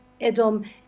Edom